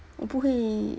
我不会